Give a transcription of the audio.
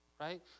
Right